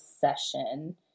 session